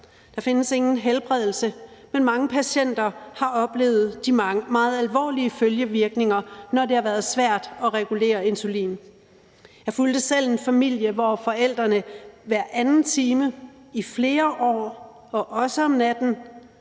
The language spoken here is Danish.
Der findes ingen helbredelse, men mange patienter har oplevet de meget alvorlige følgevirkninger, når det har været svært at regulere insulinen. Jeg fulgte selv en familie, hvor forældrene hver anden time i flere år og også om natten